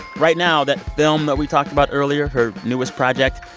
right now, that film that we talked about earlier, her newest project,